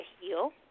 heal